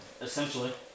essentially